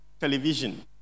television